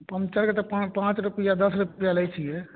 पॅंचरके तऽ पाॅंच रुपैआ दस रुपैआ लै छियै